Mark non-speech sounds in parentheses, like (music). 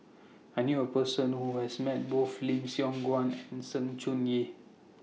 I knew A Person Who has Met Both (noise) Lim Siong Guan and Sng Choon Yee